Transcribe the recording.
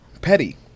petty